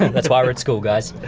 that's why we're at school, guys.